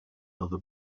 other